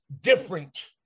different